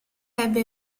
ebbe